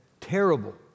terrible